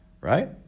right